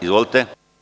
Izvolite.